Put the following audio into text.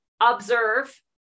observe